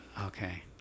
Okay